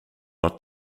not